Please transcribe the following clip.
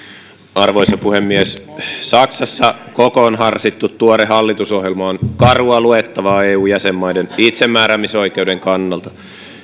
arvoisa puhemies saksassa kokoon harsittu tuore hallitusohjelma on karua luettavaa eu jäsenmaiden itsemääräämisoikeuden kannalta